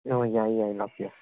ꯍꯣꯏ ꯌꯥꯏꯌꯦ ꯌꯥꯏꯌꯦ ꯂꯥꯛꯄꯤꯌꯣ